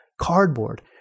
cardboard